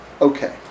okay